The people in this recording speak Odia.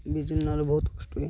ବିଜୁଳି ନରହିଲେ ବହୁତ କଷ୍ଟ ହୁଏ